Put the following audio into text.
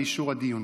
על אישור הדיון.